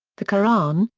the quran,